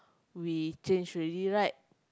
very change already right